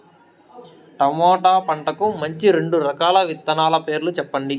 tomato పంటకు మంచి రెండు రకాల విత్తనాల పేర్లు సెప్పండి